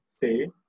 say